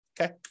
Okay